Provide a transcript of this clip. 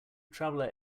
traveller